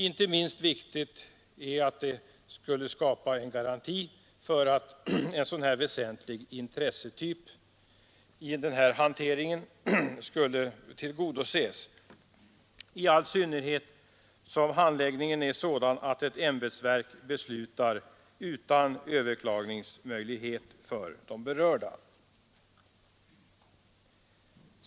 Inte minst viktigt är att detta skulle utgöra en säkerhet för att ett väsentligt intresse tillgodoses i dessa frågor, där handläggningen är sådan att ett ämbetsverk beslutar utan överklagningsmöjlighet för de berörda.